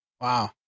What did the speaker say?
Wow